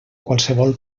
qualsevol